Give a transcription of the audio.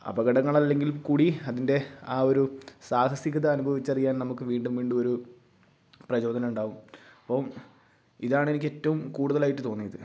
അപകടങ്ങളല്ലെങ്കിൽ കൂടി അതിൻ്റെ ആ ഒരു സാഹസികത അനുഭവിച്ചറിയാൻ നമുക്ക് വീണ്ടും വീണ്ടും ഒരു പ്രചോദനം ഉണ്ടാകും അപ്പോൾ ഇതാണെനിക്ക് എറ്റവും കൂടുതലായിട്ട് തോന്നിയത്